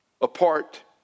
apart